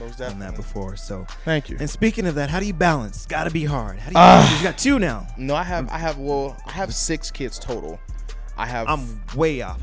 has done that before so thank you and speaking of that how do you balance got to be hard to now not have i have will have six kids total i have i'm way o